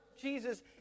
Jesus